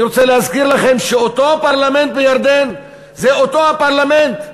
אני רוצה להזכיר לכם שאותו הפרלמנט בירדן זה אותו הפרלמנט,